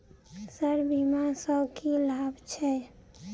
Sir बीमा सँ की लाभ छैय?